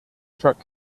truck